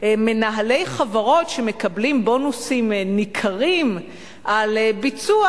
שמנהלי חברות שמקבלים בונוסים ניכרים על ביצוע,